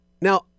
Now